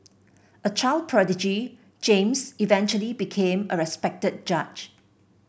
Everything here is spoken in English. a child prodigy James eventually became a respected judge